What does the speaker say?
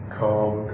calm